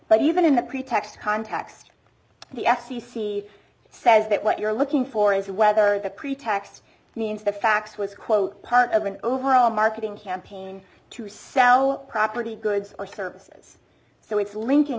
but even in the pretext context the f c c says that what you're looking for is whether the pretext means the fax was quote part of an overall marketing campaign to sell property goods or services so it's linking